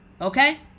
Okay